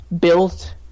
built